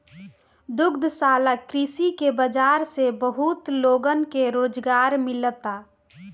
दुग्धशाला कृषि के बाजार से बहुत लोगन के रोजगार मिलता